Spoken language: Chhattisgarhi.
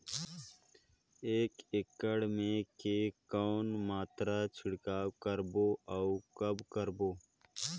एक एकड़ मे के कौन मात्रा छिड़काव करबो अउ कब करबो?